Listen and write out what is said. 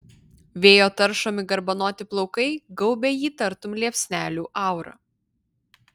vėjo taršomi garbanoti plaukai gaubia jį tartum liepsnelių aura